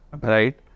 right